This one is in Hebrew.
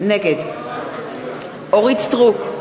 נגד אורית סטרוק,